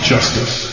Justice